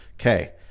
Okay